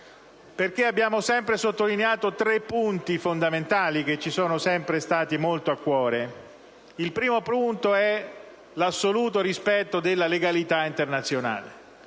perché abbiamo sempre sottolineato tre punti fondamentali che ci sono sempre stati molto a cuore: il primo è l'assoluto rispetto della legalità internazionale.